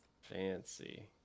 Fancy